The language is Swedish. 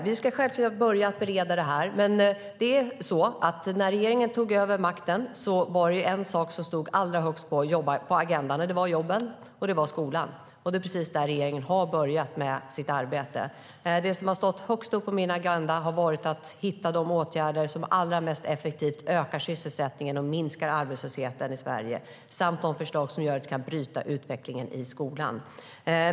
Vi ska självklart börja bereda det här, men när regeringen tog över makten var det två saker som stod allra högst på agendan, nämligen jobben och skolan, och det är där regeringen har börjat sitt arbete. Det som har stått högst upp på min agenda har varit att hitta de åtgärder som allra effektivast ökar sysselsättningen och minskar arbetslösheten i Sverige samt de förslag som gör att vi kan bryta utvecklingen i skolan.